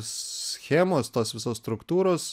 schemos tos visos struktūros